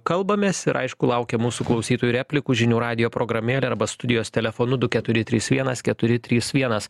kalbamės ir aišku laukiam mūsų klausytojų replikų žinių radijo programėle arba studijos telefonu du keturi trys vienas keturi trys vienas